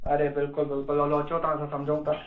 अड़े बिल्कुलु बिल्कुलु हलो अचो तव्हां सां समुझूं था